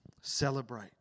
celebrate